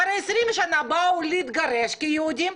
אחרי 20 שנה באו להתגרש כיהודים,